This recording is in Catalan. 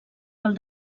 pel